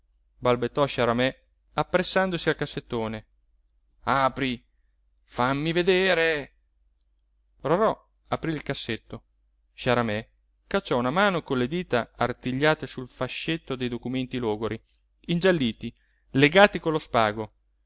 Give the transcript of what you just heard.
fratello balbettò sciaramè appressandosi al cassettone apri fammi vedere rorò aprí il cassetto sciaramè cacciò una mano con le dita artigliate sul fascetto dei documenti logori ingialliti legati con lo spago